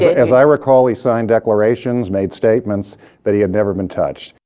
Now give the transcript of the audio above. yeah as i recall he signed declarations, made statements that he had never been touched.